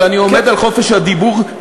אבל אני עומד על חופש הדיבור,